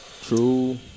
True